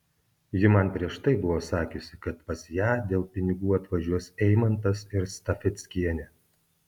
ji man prieš tai buvo sakiusi kad pas ją dėl pinigų atvažiuos eimantas ir stafeckienė